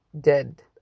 dead